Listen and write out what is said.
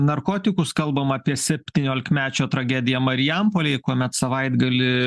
narkotikus kalbam apie septyniolikmečio tragediją marijampolėj kuomet savaitgalį